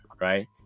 right